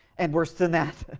and worse than that,